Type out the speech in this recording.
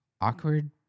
awkward